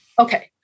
Okay